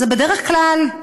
בדרך כלל,